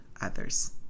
others